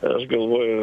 aš galvoju